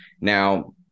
Now